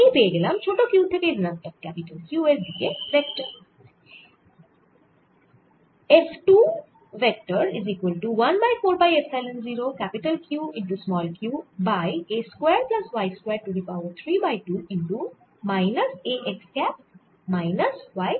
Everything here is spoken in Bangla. এই পেয়ে গেলাম ছোট q থেকে ঋণাত্মক ক্যাপিটাল Q দিকে ভেক্টর